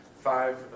five